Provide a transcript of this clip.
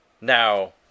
Now